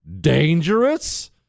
dangerous